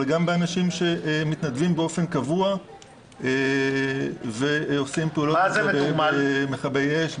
אבל גם אנשים שמתנדבים באופן קבוע ועושים פעולות כמו מכבי אש,